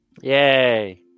Yay